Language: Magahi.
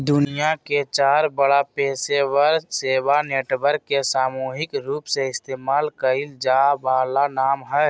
दुनिया के चार बड़ा पेशेवर सेवा नेटवर्क के सामूहिक रूपसे इस्तेमाल कइल जा वाला नाम हइ